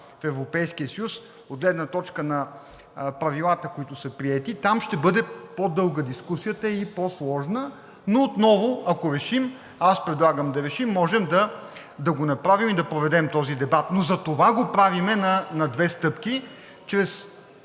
в Европейския съюз, от гледна точка на правилата, които са приети. Там ще бъде по-дълга дискусията и по-сложна, но отново, ако решим, аз предлагам да решим, можем да го направим и да проведем този дебат, но затова го правим на две стъпки. Чрез